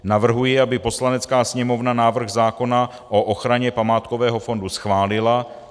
Navrhuji, aby Poslanecká sněmovna návrh zákona o ochraně památkového fondu schválila.